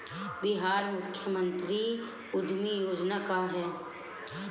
बिहार मुख्यमंत्री उद्यमी योजना का है?